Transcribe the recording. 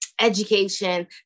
education